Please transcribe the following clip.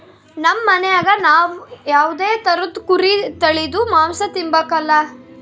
ನಮ್ ಮನ್ಯಾಗ ನಾವ್ ಯಾವ್ದೇ ತರುದ್ ಕುರಿ ತಳೀದು ಮಾಂಸ ತಿಂಬಕಲ